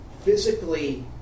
physically